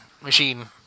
machine